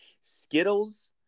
Skittles